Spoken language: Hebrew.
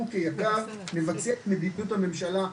אנחנו כיק"ר נבצע את מדיניות הממשלה.